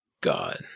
God